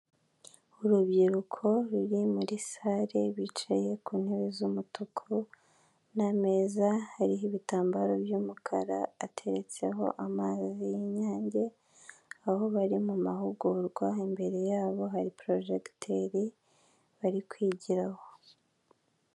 Urubyiruko ruri muri sare bicaye ku ntebe z'umutuku n'ameza hariho ibitambaro by'umukara, ateretseho amazi'yange, aho bari mu mahugurwa imbere yabo hari porojegiteri barikwigiraho.